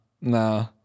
Nah